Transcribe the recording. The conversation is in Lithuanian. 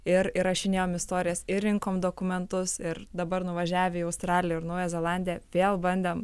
ir įrašinėjom istorijas ir rinkom dokumentus ir dabar nuvažiavę į australiją ir naująją zelandiją vėl bandėm